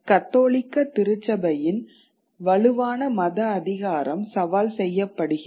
கத்தோலிக்க திருச்சபையின் வலுவான மத அதிகாரம் சவால் செய்யப்படுகிறது